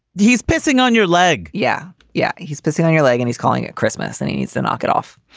he's pissing on your leg yeah. yeah. he's pissing on your leg and he's calling it christmas and he needs to knock it off.